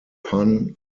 pun